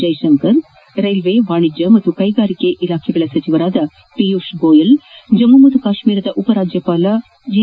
Jaishankar railway ವಾಣಿಜ್ಞ ಮತ್ತು ಕೈಗಾರಿಕಾ ಸಚಿವ ಪೀಯೂಶ್ ಗೋಯಲ್ ಜಮ್ನು ಮತ್ತು ಕಾಶ್ನೀರದ ಉಪರಾಜ್ಜಪಾಲ ಜಿ